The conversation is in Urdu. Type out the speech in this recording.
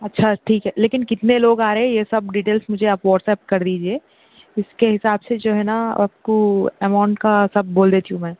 اچھا ٹھیک ہے لیکن کتنے لوگ آرہے یہ سب ڈیٹیلس آپ مجھے وائٹسایپ کر دیجیے اس کے حساب سے جو ہے نہ آپ کو اماؤنٹ کا سب بول دیتی ہوں میں